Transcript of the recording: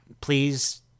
Please